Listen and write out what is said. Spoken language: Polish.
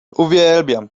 uwielbiam